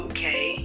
Okay